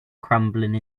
crumbling